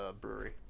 brewery